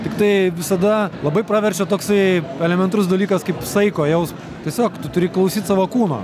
tiktai visada labai praverčia toksai elementarus dalykas kaip saiko jausmas tiesiog tu turi klausyt savo kūno